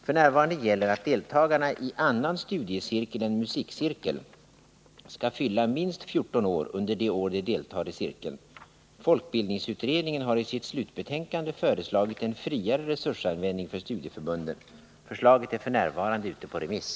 F. n. gäller att deltagarna i annan studiecirkel än musikcirkel skall fylla minst 14 år under det år de deltar i cirkeln. Folkbildningsutredningen har i sitt slutbetänkande föreslagit en friare resursanvändning för studieförbunden. Förslaget är f. n. ute på remiss.